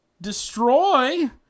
destroy